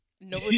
No